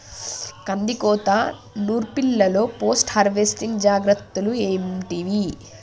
కందికోత నుర్పిల్లలో post harvesting జాగ్రత్తలు ఏంటివి?